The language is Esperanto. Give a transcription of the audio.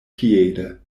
piede